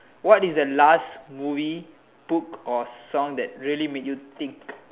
what is the last movie book or song that really make you think